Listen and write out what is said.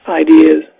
ideas